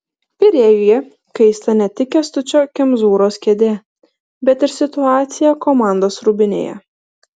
pirėjuje kaista ne tik kęstučio kemzūros kėdė bet ir situacija komandos rūbinėje